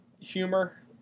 humor